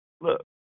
look